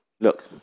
Look